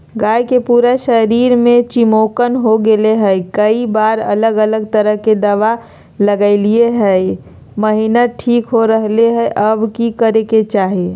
गाय के पूरा शरीर में चिमोकन हो गेलै है, कई बार अलग अलग तरह के दवा ल्गैलिए है महिना ठीक हो रहले है, अब की करे के चाही?